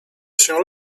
się